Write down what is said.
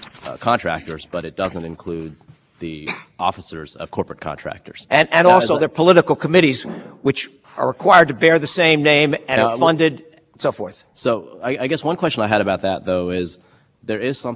and so forth so i guess one question i had about that though is there is something a little bit about a doctrine that says that this is a violation of the first amendment or the first amendment views through the equal protection clause because it doesn't restrict